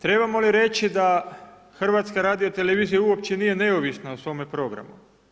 Trebamo li reći da HRT uopće nije neovisna u svome programu?